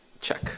check